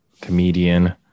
comedian